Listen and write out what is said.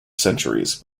centuries